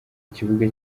ikibuga